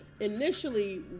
Initially